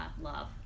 love